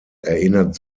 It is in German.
erinnert